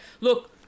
Look